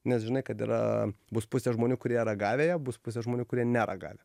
nes žinai kad yra bus pusė žmonių kurie ragavę ją bus pusė žmonių kurie neragavę